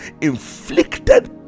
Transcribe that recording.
inflicted